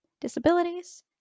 Disabilities